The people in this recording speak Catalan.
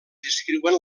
descriuen